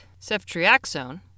ceftriaxone